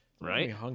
Right